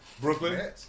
Brooklyn